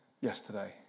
yesterday